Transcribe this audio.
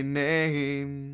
name